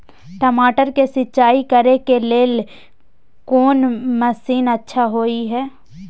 टमाटर के सिंचाई करे के लेल कोन मसीन अच्छा होय है